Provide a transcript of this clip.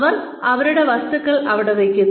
അവർ തങ്ങളുടെ വസ്തുക്കൾ അവിടെ വയ്ക്കുന്നു